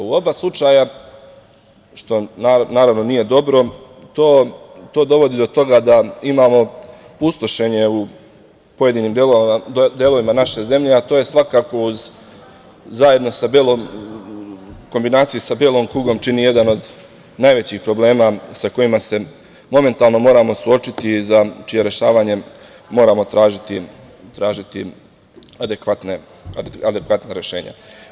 U oba slučaja, što naravno nije dobro, to dovodi do toga da imamo pustošenje u pojedinim delovima naše zemlje, a to svakako u kombinaciji sa belom kugom čini jedan od najvećih problema sa kojima se momentalno moramo suočiti i za čije rešavanje moramo tražiti adekvatna rešenja.